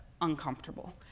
uncomfortable